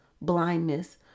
blindness